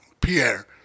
Pierre